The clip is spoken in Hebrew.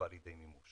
שהובא לידי מימוש.